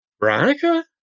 Veronica